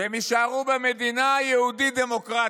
שהם יישארו במדינה יהודית דמוקרטית.